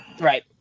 right